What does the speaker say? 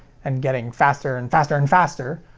and getting faster and faster and faster,